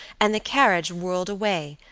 and the carriage whirled away,